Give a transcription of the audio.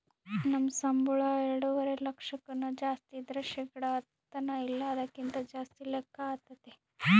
ನಮ್ ಸಂಬುಳ ಎಲ್ಡುವರೆ ಲಕ್ಷಕ್ಕುನ್ನ ಜಾಸ್ತಿ ಇದ್ರ ಶೇಕಡ ಹತ್ತನ ಇಲ್ಲ ಅದಕ್ಕಿನ್ನ ಜಾಸ್ತಿ ಲೆಕ್ಕ ಆತತೆ